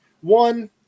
One